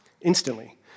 instantly